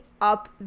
up